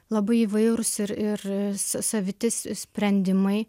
labai įvairūs ir ir sa saviti s sprendimai